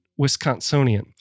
Wisconsinian